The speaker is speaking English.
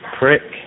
prick